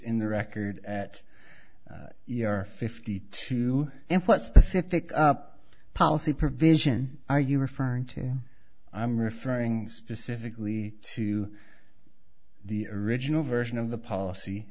in the record at your fifty two and what specific policy provision are you referring to i'm referring specifically to the original version of the policy